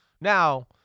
Now